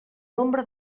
nombre